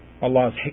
Allah's